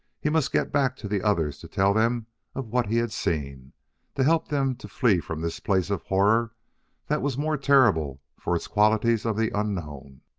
he must get back to the others to tell them of what he had seen to help them to flee from this place of horror that was more terrible for its qualities of the unknown.